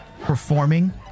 performing